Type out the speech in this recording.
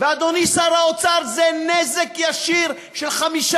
ואדוני שר האוצר, זה נזק ישיר של 15